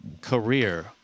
career